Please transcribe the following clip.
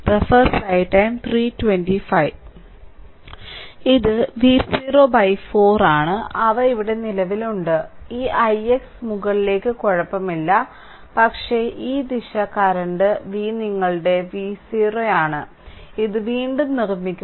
ഇത് V0 4 ആണ് അവ ഇവിടെ നിലവിലുണ്ട് ഈ ix മുകളിലേക്ക് കുഴപ്പമില്ല പക്ഷേ ഈ ദിശ കറന്റ് V നിങ്ങളുടെ V0 V ആണ് ഇത് വീണ്ടും നിർമ്മിക്കുക